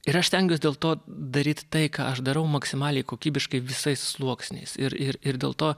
ir aš stengiuos dėl to daryt tai ką aš darau maksimaliai kokybiškai visais sluoksniais ir ir ir dėl to